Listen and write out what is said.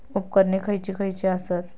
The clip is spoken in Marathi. उपकरणे खैयची खैयची आसत?